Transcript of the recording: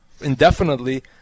indefinitely